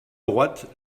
droite